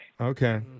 Okay